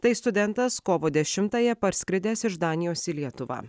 tai studentas kovo dešimtąją parskridęs iš danijos į lietuvą